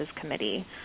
committee